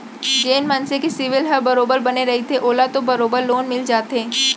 जेन मनसे के सिविल ह बरोबर बने रहिथे ओला तो बरोबर लोन मिल जाथे